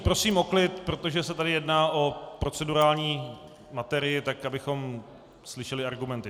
Prosím o klid, protože se tady jedná o procedurální materii, tak abychom slyšeli argumenty.